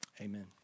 amen